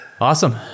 Awesome